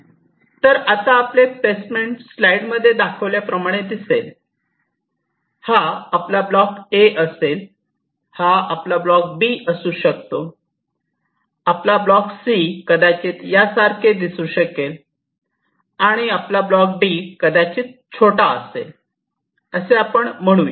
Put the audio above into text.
तर आता आपले प्लेसमेंट स्लाइड मध्ये दाखविल्या प्रमाणे दिसेल हा आपला ब्लॉक ए A असेल हा आपला ब्लॉक बी असू शकतो आपला ब्लॉक सी कदाचित यासारखे दिसू शकेल आपला ब्लॉक डी कदाचित छोटा असेल असे आपण म्हणू या